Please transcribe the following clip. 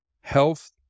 health